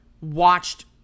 watched